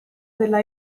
della